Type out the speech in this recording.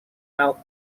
mouth